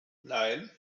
nein